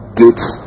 gates